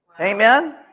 Amen